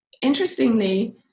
interestingly